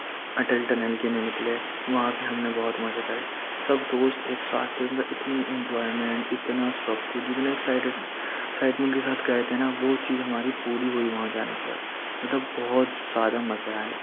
Atal tunnel کے لیے نکلے وہاں بھی ہم نے بہت مزے کرے سب دوست ایک ساتھ تھے مطلب اتنی انجوائمینٹ اتنا سب کچھ جتنے ایکسائٹیڈ ایکسائٹمینٹ کے ساتھ گئے تھے نا وہ چیز ہماری پوری ہوئی وہاں جانے کے بعد مطلب بہت زیادہ مزے آئے